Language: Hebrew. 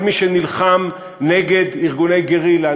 כל מי שנלחם נגד ארגוני גרילה,